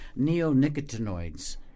Neonicotinoids